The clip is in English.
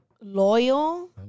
Loyal